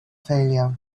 failure